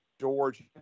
George